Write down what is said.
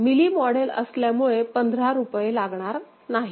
milli model असल्यामुळे पंधरा रुपये लागणार नाहीत